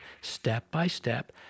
step-by-step